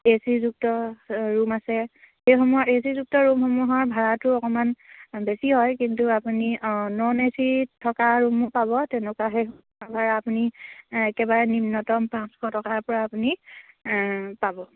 এচিযুক্ত room আছে সেইসমূহৰ এচিযুক্ত ৰুমসমূহৰ ভাড়াটো অকণমান বেছি হয় কিন্তু আপুনি নন এচি থকা ৰুমো পাব তেনেকুৱা সেই ভাড়া আপুনি একেবাৰে নিম্নতম পাঁচশ টকাৰ পৰা আপুনি পাব